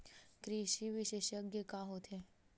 कृषि विशेषज्ञ का होथे?